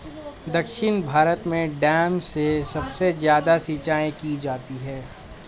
दक्षिण भारत में डैम से सबसे ज्यादा सिंचाई की जाती है